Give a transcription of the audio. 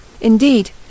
indeed